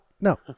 no